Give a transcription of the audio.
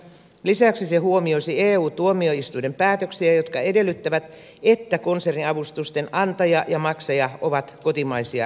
lisäksi se huomioisi eu tuomioistuimen päätöksiä jotka edellyttävät että konserniavustusten antaja ja maksaja ovat kotimaisia yhtiöitä